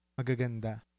magaganda